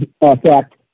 effect